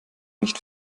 nicht